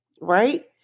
Right